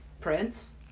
Prince